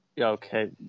Okay